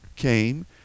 came